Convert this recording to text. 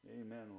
Amen